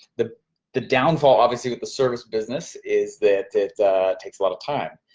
the the downfall obviously with a service business is that it takes a lot of time,